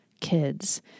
kids